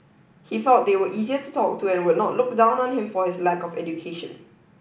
he felt they were easier to talk to and would not look down on him for his lack of education